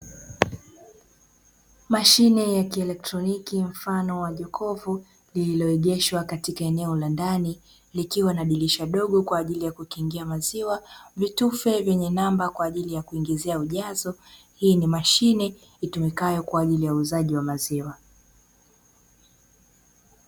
Mashine ya kielektroniki mfano wa jokofu lililoegeshwa katika eneo la ndani lililo na dirisha dogo kwaajili ya kukingia maziwa, vitufe vyenye namba kwajili ya kuingizia ujazo. Hii ni mashine itumikayo kwaajili ya uuzaji wa maziwa.